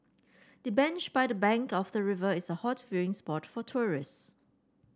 the bench by the bank of the river is a hot viewing spot for tourists